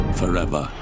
forever